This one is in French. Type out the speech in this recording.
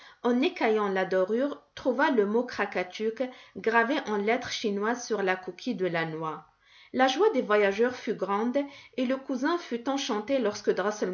en écaillant la dorure trouva le mot krakatuk gravé en lettres chinoises sur la coquille de la noix la joie des voyageurs fut grande et le cousin fut enchanté lorsque